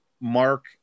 Mark